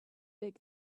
big